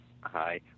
Hi